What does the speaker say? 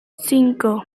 cinco